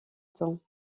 temps